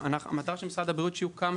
המטרה של משרד הבריאות היא שיהיו כמה